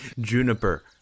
Juniper